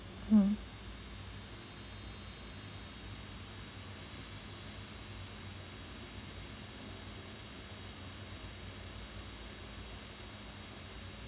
mm